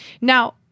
Now